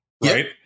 right